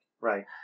Right